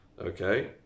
okay